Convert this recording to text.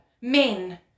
men